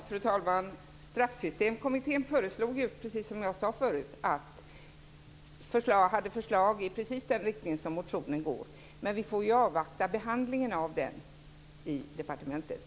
Fru talman! Straffsystemkommittén hade ju, som jag tidigare sagt, ett förslag precis i motionens riktning. Vi får dock avvakta behandlingen av det i departementet.